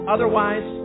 Otherwise